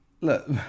Look